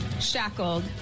shackled